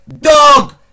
dog